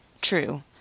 True